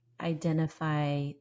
identify